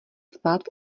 spát